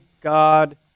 God